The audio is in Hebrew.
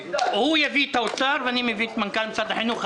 הוא יביא את נציג משרד האוצר ואני מבקש להביא את מנכ"ל משרד החינוך,